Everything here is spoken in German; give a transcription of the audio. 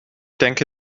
denke